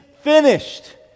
finished